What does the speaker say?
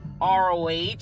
ROH